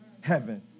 heaven